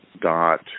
dot